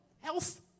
health